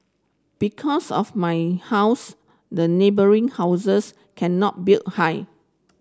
because of my house the neighbouring houses cannot build high